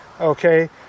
Okay